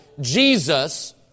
Jesus